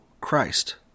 christ